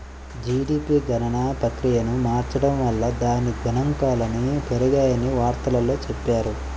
GDP గణన ప్రక్రియను మార్చడం వల్ల దాని గణాంకాలు పెరిగాయని వార్తల్లో చెప్పారు